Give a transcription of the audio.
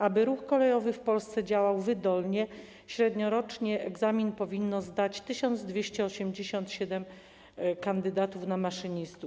Aby ruch kolejowy w Polsce działał wydolnie, średniorocznie egzamin powinno zdać 1287 kandydatów na maszynistów.